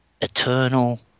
eternal